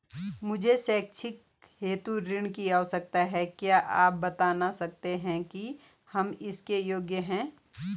मुझे शैक्षिक हेतु ऋण की आवश्यकता है क्या आप बताना सकते हैं कि हम इसके योग्य हैं?